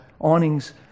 awnings